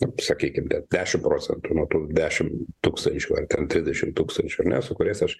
nup sakykim kad dešimt procentų nuo tų dešimt tūkstančių ar ten trisdešimt tūkstančių ar ne su kuriais aš